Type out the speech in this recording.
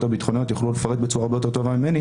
הביטחוניות יוכלו לפרט בצורה הרבה יותר טובה ממני